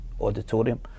auditorium